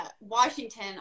Washington